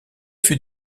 fut